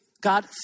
God